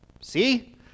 See